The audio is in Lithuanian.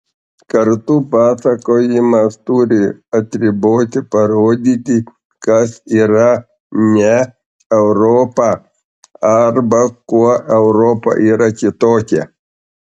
kartu pasakojimas turi atriboti parodyti kas yra ne europa arba kuo europa yra kitokia